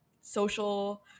social